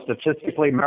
statistically